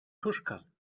tuschkasten